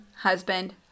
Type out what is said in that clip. husband